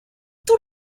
tout